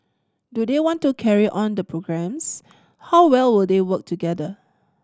do they want to carry on the programmes how well will they work together